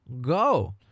go